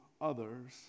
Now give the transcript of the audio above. others